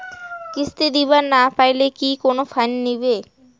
কিস্তি দিবার না পাইলে কি কোনো ফাইন নিবে?